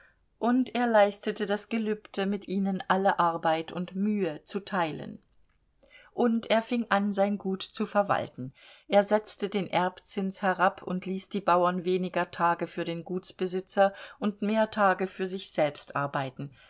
und er leistete das gelübde mit ihnen alle arbeit und mühe zu teilen und er fing an sein gut zu verwalten er setzte den erbzins herab und ließ die bauern weniger tage für den gutsbesitzer und mehr tage für sich selbst arbeiten